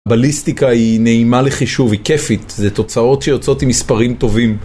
באליסטיקה היא נעימה לחישוב, היא כיפית, זה תוצאות שיוצאות עם מספרים טובים.